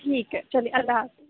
ٹھیک ہے چلیے اللہ حافظ